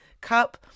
cup